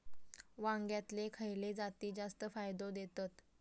वांग्यातले खयले जाती जास्त फायदो देतत?